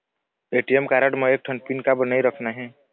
ATM card म एक ठन पिन काबर नई रखना हे?